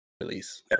release